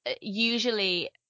usually